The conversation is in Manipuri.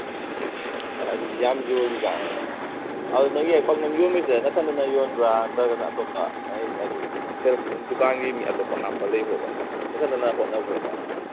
ꯑꯣ ꯑꯦ ꯑꯗꯨꯗꯤ ꯌꯥꯝ ꯌꯣꯜꯂꯤꯖꯥꯠꯅꯤꯅ ꯑꯗꯨ ꯅꯣꯏꯒꯤ ꯄꯥꯛꯅꯝ ꯌꯣꯟꯕꯁꯦ ꯅꯊꯟꯗꯅ ꯌꯣꯟꯕ꯭ꯔꯥ ꯅꯠꯇ꯭ꯔꯒꯅ ꯑꯇꯣꯞꯄ ꯍꯥꯏꯗꯤ ꯗꯨꯀꯥꯟꯒꯤ ꯃꯤ ꯑꯇꯣꯞꯄ ꯍꯥꯞꯄ ꯂꯩꯕ꯭ꯔꯣ ꯅꯊꯟꯗꯅ ꯍꯣꯠꯅꯕ꯭ꯔꯣꯕ